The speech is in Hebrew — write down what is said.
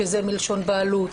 שזה מלשון בעלות,